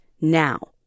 now